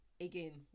again